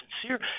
sincere